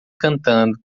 cantando